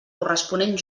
corresponent